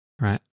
Right